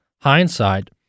hindsight